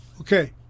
Okay